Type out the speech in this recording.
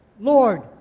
Lord